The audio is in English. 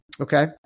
Okay